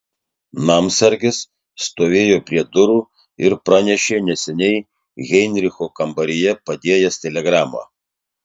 namsargis stovėjo prie durų ir pranešė neseniai heinricho kambaryje padėjęs telegramą